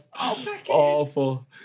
Awful